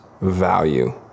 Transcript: value